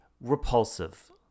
Repulsive